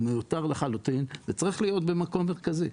מיותר לחלוטין וצריך להיות במקום מרכזי.